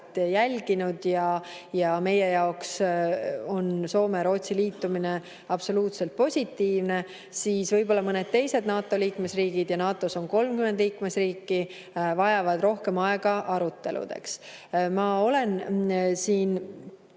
jälginud ja meie jaoks on Soome ja Rootsi liitumine absoluutselt positiivne. Aga mõned teised NATO liikmesriigid – ja NATO-s on 30 liikmesriiki – vajavad rohkem aega aruteludeks. Ma olen siin